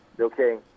Okay